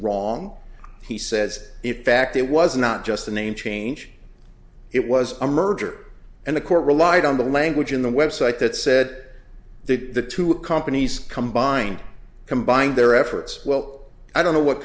wrong he says if fact it was not just a name change it was a merger and the court relied on the language in the website that said that the two companies combined combined their efforts well i don't know what